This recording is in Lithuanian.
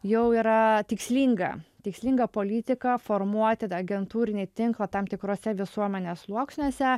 jau yra tikslinga tikslinga politika formuoti tą agentūrinį tinklą tam tikruose visuomenės sluoksniuose